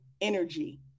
energy